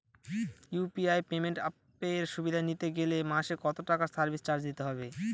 UPI payment অ্যাপের সুবিধা নিতে গেলে মাসে কত টাকা সার্ভিস চার্জ দিতে হবে?